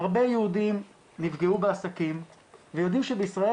הרבה יהודים נפגעו בעסקים ויודעים שבישראל